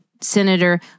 Senator